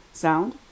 sound